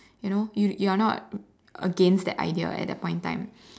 you know you you are not against the idea at that point in time